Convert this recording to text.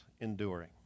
enduring